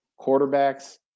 quarterbacks